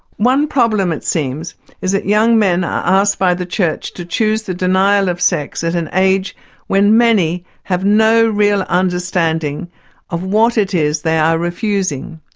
one problem it seems is that young men are asked by the church to choose the denial of sex at an age when many have no real understanding of what it is they are refusing.